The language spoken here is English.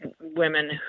women